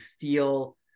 feel